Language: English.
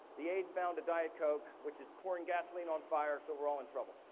the aide found the diet coke, which is pouring gasoline on fire, so we're all in trouble,